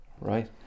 Right